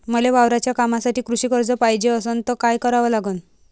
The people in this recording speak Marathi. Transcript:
मले वावराच्या कामासाठी कृषी कर्ज पायजे असनं त काय कराव लागन?